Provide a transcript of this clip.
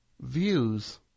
views